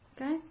Okay